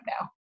now